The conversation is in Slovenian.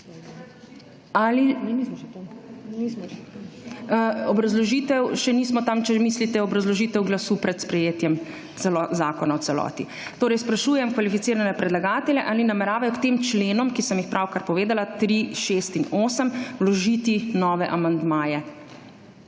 Ali… Obrazložitev, še nismo tam, če mislite obrazložitev glasu pred sprejetjem zakona v celoti. Torej, sprašujem kvalificirane predlagatelje, ali nameravajo k tem členom, ki sem jih pravkar povedala – 3., 6. in 8. – vložiti nove amandmaje?